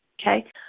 okay